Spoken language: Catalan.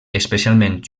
especialment